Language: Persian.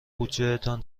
بودجهتان